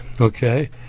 okay